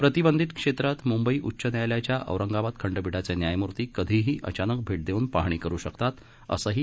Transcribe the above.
प्रतिबंधित क्षेत्रात मुंबई उच्च न्यायालयाच्या औरंगाबाद खंडपीठाचे न्यायमूर्ती कधीही अचानक भेट देऊन पाहणी करु शकतात असंही न्यायालयानं स्पष्ट केलं